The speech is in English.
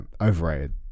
Overrated